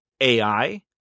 AI